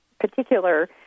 particular